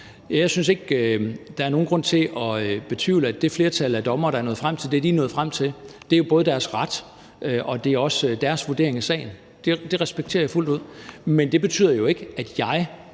Jeg synes ikke, der er nogen grund til at betvivle, at det flertal af dommere, der er nået frem til det, de er nået frem til, har ret til det, og at det også er deres vurdering af sagen. Det respekterer jeg fuldt ud. Men det betyder jo ikke, at jeg